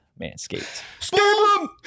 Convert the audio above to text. Manscaped